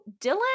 Dylan